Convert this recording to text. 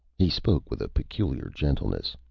he spoke with a peculiar gentleness.